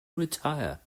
retire